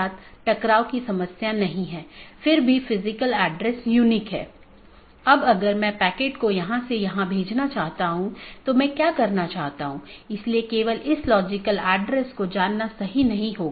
यदि हम पूरे इंटरनेट या नेटवर्क के नेटवर्क को देखते हैं तो किसी भी सूचना को आगे बढ़ाने के लिए या किसी एक सिस्टम या एक नेटवर्क से दूसरे नेटवर्क पर भेजने के लिए इसे कई नेटवर्क और ऑटॉनमस सिस्टमों से गुजरना होगा